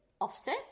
offset